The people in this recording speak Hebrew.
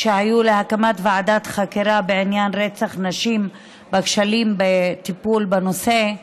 שהיו להקמת ועדת חקירה בעניין רצח נשים וכשלים בטיפול בנושא,